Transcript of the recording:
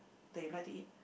that you like to eat